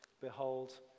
behold